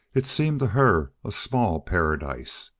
it seemed to her a small paradise.